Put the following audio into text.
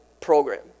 program